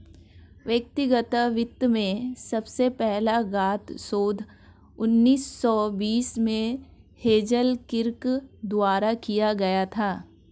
व्यक्तिगत वित्त में सबसे पहला ज्ञात शोध उन्नीस सौ बीस में हेज़ल किर्क द्वारा किया गया था